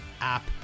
app